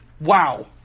wow